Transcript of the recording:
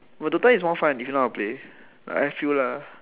but DOTA is more fun if you know how to play I feel lah